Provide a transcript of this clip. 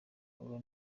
aba